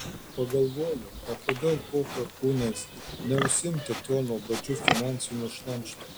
pagalvojau o kodėl po perkūnais neužsiimti tuo nuobodžiu finansiniu šlamštu